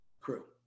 crew